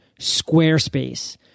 Squarespace